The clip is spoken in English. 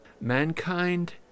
mankind